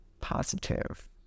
positive